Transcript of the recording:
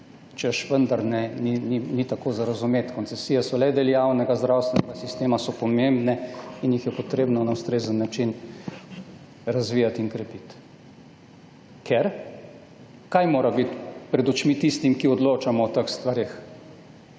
češ vendar ni tako za razumeti, koncesije so le del javnega zdravstvenega sistema, so pomembne in jih je potrebno na ustrezen način razvijati in krepiti. Ker kaj mora biti pred očmi tistim, ki odločamo o teh stvareh?